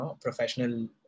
professional